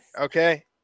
Okay